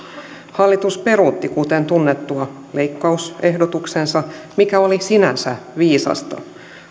hallitus peruutti kuten tunnettua leikkausehdotuksensa mikä oli sinänsä viisasta